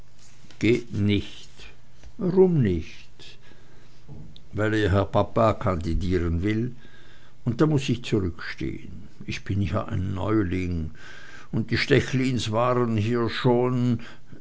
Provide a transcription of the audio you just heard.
geht nicht warum nicht weil ihr herr papa kandidieren will und da muß ich zurückstehen ich bin hier ein neuling und die stechlins waren hier schon